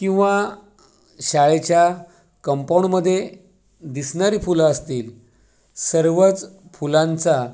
किंवा शाळेच्या कंपाऊंडमध्ये दिसणारी फुलं असतील सर्वच फुलांचा